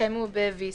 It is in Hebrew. יתקיימו ב-VC.